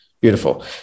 beautiful